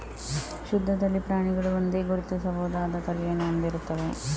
ಶುದ್ಧ ತಳಿ ಪ್ರಾಣಿಗಳು ಒಂದೇ, ಗುರುತಿಸಬಹುದಾದ ತಳಿಯನ್ನು ಹೊಂದಿರುತ್ತವೆ